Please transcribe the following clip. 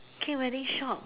k wedding shop